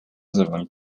asemel